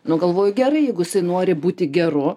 nu galvoju gerai jeigu jisai nori būti geru